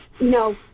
No